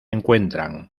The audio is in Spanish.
encuentran